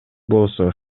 болсо